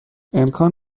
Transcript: امکان